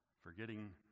forgetting